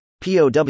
POW